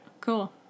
Cool